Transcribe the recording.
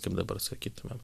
kaip dabar sakytumėm